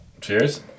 Cheers